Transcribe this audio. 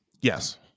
Yes